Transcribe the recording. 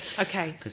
Okay